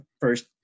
first